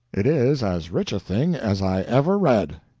it is as rich a thing as i ever read.